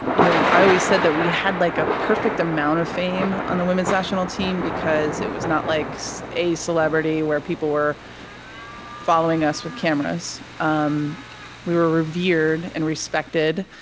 you know i always said that we had like a perfect amount of fame on the women's national team, because it was not like so a celebrity, where people were following us with cameras. um we were revered and respected.